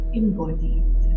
embodied